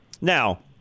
Now